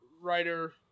writer